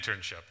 internship